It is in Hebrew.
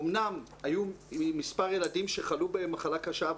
אמנם היו מספר ילדים שחלו במחלה קשה,